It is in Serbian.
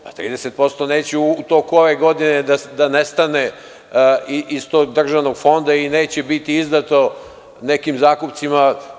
Pa 30% neće u toku ove godine da nestane iz tog državnog fonda i neće biti izdato nekim zakupcima.